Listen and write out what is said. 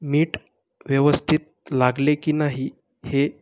मीठ व्यवस्थित लागले की नाही हे